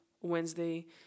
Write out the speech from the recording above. Wednesday